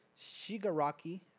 Shigaraki